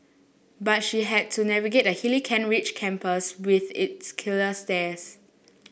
but she had to navigate the hilly Kent Ridge campus with its killer stairs